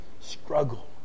struggle